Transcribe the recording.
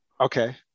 Okay